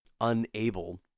unable